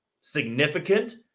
significant